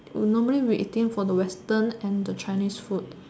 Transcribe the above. normally we eating for the Western and the Chinese food